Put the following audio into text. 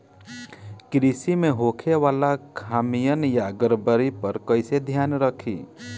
कृषि में होखे वाला खामियन या गड़बड़ी पर कइसे ध्यान रखि?